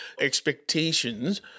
expectations